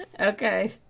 Okay